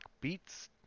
beats